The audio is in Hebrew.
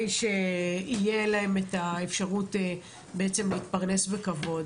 שתהיה להם את האפשרות להתפרנס בכבוד.